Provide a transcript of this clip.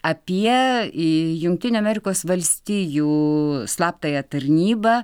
apie į jungtinių amerikos valstijų slaptąją tarnybą